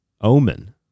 omen